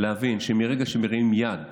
להבין שמרגע שמרימים יד